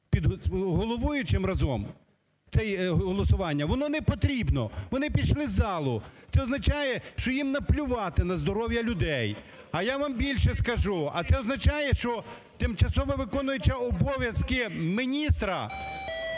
з головуючим разом це голосування. Воно не потрібно – вони пішли з залу. Це означає, що їм наплювати на здоров'я людей. А я вам більше скажу: а це означає, що тимчасово виконуюча обов'язки міністра